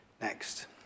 Next